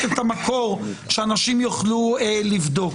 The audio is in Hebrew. את המקור בכדי שאנשים יוכלו לבדוק.